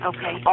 Okay